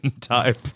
type